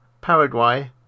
Paraguay